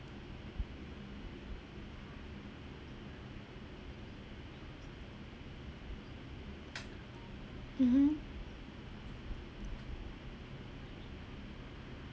mmhmm